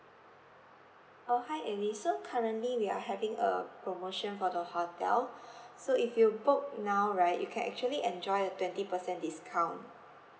oh hi alice so currently we are having a promotion for the hotel so if you book now right you can actually enjoy a twenty percent discount